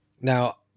now